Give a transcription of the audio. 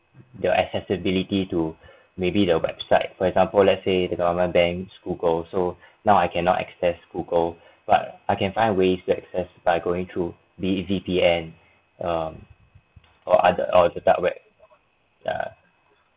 the accessibility to maybe the website for example let's say the government banned google so now I cannot access google but I can find ways to access by going through be it V_P_N um or other or the dark web ya